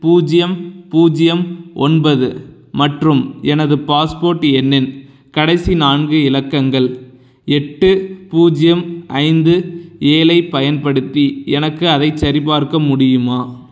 பூஜ்ஜியம் பூஜ்ஜியம் ஒன்பது மற்றும் எனது பாஸ்போர்ட் எண்ணின் கடைசி நான்கு இலக்கங்கள் எட்டு பூஜ்ஜியம் ஐந்து ஏழைப் பயன்படுத்தி எனக்கு அதைச் சரிபார்க்க முடியுமா